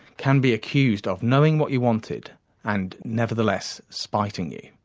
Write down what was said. can be accused of knowing what you wanted and nevertheless spiting you.